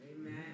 Amen